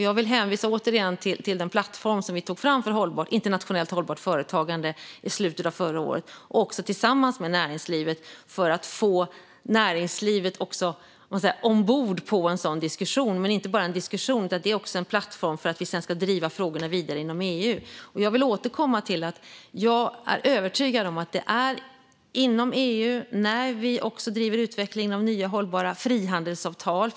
Jag vill återigen hänvisa till den plattform vi tog fram för internationellt hållbart företagande i slutet av förra året, tillsammans med näringslivet, för att få näringslivet ombord på en sådan diskussion. Det är inte bara en diskussion utan också en plattform för att vi sedan ska driva frågorna vidare inom EU. Jag vill återkomma till att jag är övertygad om vikten av att arbeta inom EU, också när vi driver utvecklingen av nya hållbara frihandelsavtal.